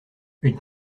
une